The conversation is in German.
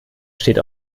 steht